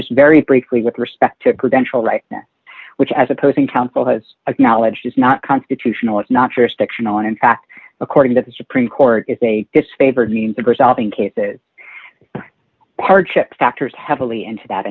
just very briefly with respect to prudential right now which as opposing counsel has of knowledge is not constitutional if not jurisdiction on in fact according to the supreme court is a disfavored means of resolving cases hardship factors heavily into that